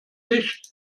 nicht